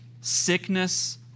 Sickness